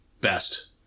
best